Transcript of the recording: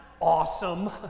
awesome